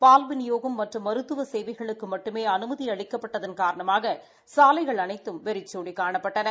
பால் விநியோகம் மற்றும் மருத்துவ சேவைகளுக்கு மட்டுமே அனுமதி அளிக்கப்பட்டதன் காரணமாக சாலைகள் அனைத்தும் வெறிச்சோடி காணப்பட்டன